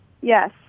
yes